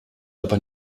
aber